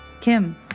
Kim